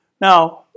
Now